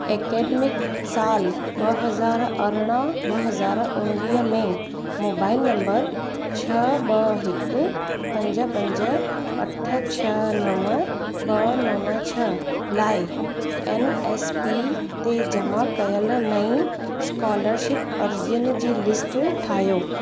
academic सालु ॿ हज़ार अरिड़ह ॿ हज़ार उणिवीह में मोबाइल नंबर छह ॿ हिकु पंज पंज अठ छह नव ॿ नव छह लाइ एन एस पी ते जमा कयल नई स्कोलरशिप अर्ज़ियुनि जी लिस्ट ठाहियो